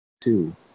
two